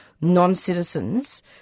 non-citizens